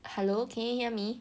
hello can you hear me